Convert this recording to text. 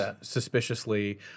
suspiciously